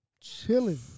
chilling